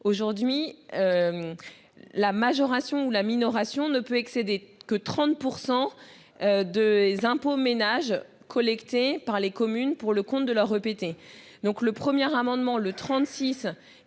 aujourd'hui. La majoration ou la minoration ne peut excéder que 30%. De des impôts ménages collectés par les communes pour le compte de leur répéter donc le premier amendement le 36,